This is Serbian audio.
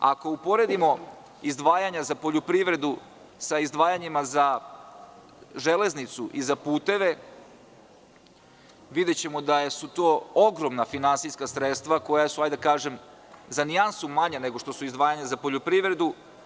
Ako uporedimo izdvajanja za poljoprivredu sa izdvajanjima za železnicu i za puteve, videćemo da su to ogromna finansijska sredstva koja su za nijansu manja nego što su izdvajanja za poljoprivredu.